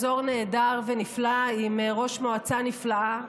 אזור נהדר ונפלא עם ראש מועצה נפלאה,